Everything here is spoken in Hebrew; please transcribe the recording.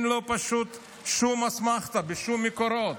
פשוט אין שום אסמכתה בשום מקורות.